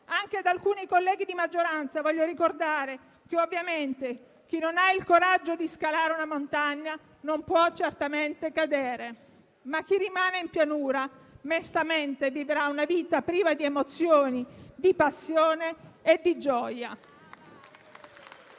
Anche ad alcuni colleghi di maggioranza voglio ricordare che chi non ha il coraggio di scalare una montagna non può certamente cadere, ma chi rimane in pianura mestamente vivrà una vita priva di emozioni, passione e gioia.